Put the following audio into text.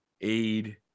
aid